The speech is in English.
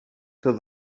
till